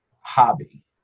hobby